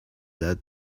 had